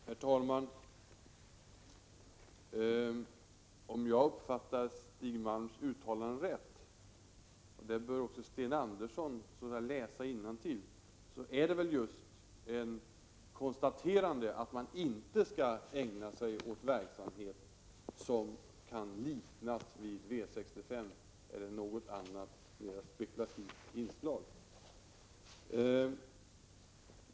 Herr talman! Om jag uppfattar Stig Malms uttalande rätt, och det bör även Sten Andersson i Malmö kunna läsa innantill, är det just ett konstaterande av att man inte skall ägna sig åt verksamhet som kan liknas vid V 65 eller något annat mera spekulativt inslag.